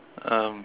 um